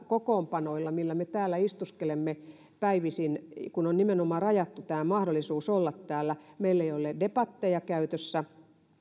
kokoonpanoilla millä me täällä istuskelemme päivisin kun on nimenomaan rajattu mahdollisuus olla täällä ja meillä ei ole debatteja käytössä